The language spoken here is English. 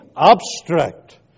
abstract